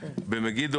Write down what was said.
במגידו,